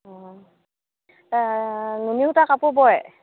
অঁ নুনি সূতাৰ কাপোৰ বয়